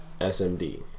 SMD